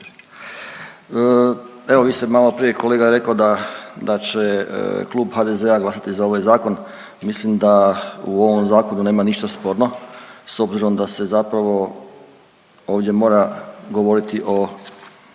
Evo vi ste malo prije kolega je rekao da će klub HDZ-a glasati za ovaj zakon. Mislim da u ovom zakonu nema ništa sporno s obzirom da se zapravo ovdje mora govoriti o